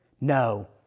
No